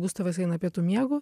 gustavas eina pietų miego